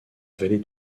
vallée